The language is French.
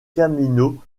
camino